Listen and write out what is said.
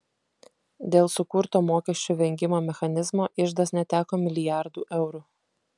dėl sukurto mokesčių vengimo mechanizmo iždas neteko milijardų eurų